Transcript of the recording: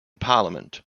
parliament